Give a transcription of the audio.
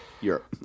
Europe